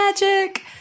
magic